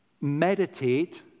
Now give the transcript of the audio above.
meditate